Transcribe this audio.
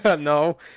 No